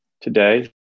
today